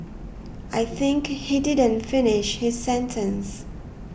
I think he didn't finish his sentence